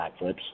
backflips